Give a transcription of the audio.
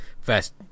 first